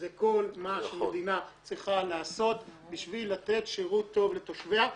זה כל מה שהמדינה צריכה לעשות בשביל לתת שירות טוב לתושביה.